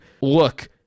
look